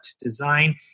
design